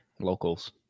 locals